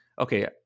okay